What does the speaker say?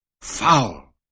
foul